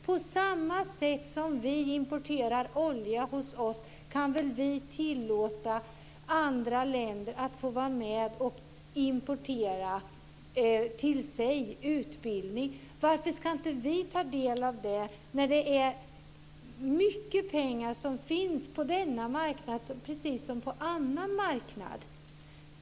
På samma sätt som vi importerar olja kan väl vi tillåta andra länder att importera utbildning till sig. Varför ska inte vi ta del av detta? Det finns mycket pengar på denna marknad, precis som på andra marknader.